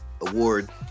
award